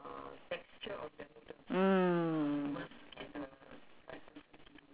favourite food I usually I try to find nasi sambal goreng